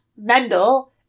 Mendel